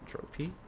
repeat